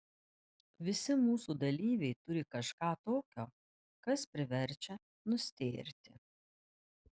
visi mūsų dalyviai turi kažką tokio kas priverčia nustėrti